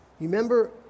Remember